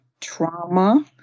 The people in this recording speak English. trauma